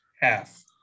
half